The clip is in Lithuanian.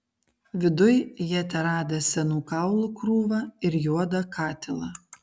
viduj jie teradę senų kaulų krūvą ir juodą katilą